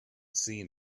seen